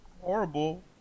horrible